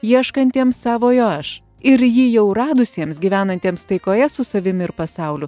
ieškantiems savojo aš ir jį jau radusiems gyvenantiems taikoje su savimi ir pasauliu